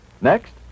Next